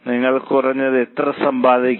നിങ്ങൾ കുറഞ്ഞത് എത്ര സമ്പാദിക്കണം